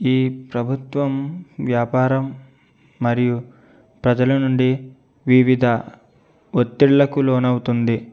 ఈ ప్రభుత్వం వ్యాపారం మరియు ప్రజల నుండి వివిధ ఒత్తిళ్లకు లోనవుతుంది